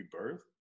rebirth